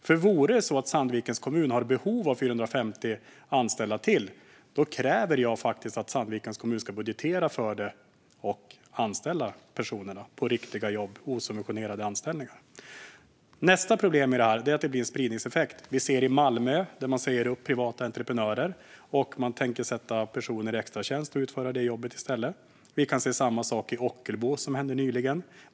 Om det vore så att Sandvikens kommun hade behov av 450 anställda till kräver jag att Sandvikens kommun ska budgetera för det och anställa personerna på riktiga jobb, osubventionerade anställningar. Nästa problem i detta är att det blir en spridningseffekt. Vi ser i Malmö att man säger upp privata entreprenörer och att man tänker sätta personer som har extratjänster att utföra det jobbet i stället. Vi kan se samma sak i Ockelbo, där det hände nyligen.